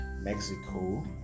Mexico